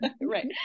Right